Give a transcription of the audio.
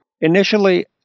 initially